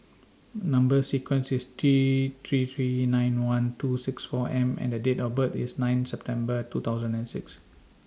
Number sequence IS T three three nine one two six four M and Date of birth IS nine September two thousand and six